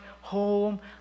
home